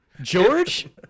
George